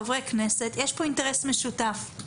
חברי כנסת יש פה אינטרס משותף: